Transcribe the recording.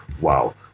wow